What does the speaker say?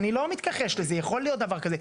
אני לא מתכחש לזה, יכול להיות דבר כזה.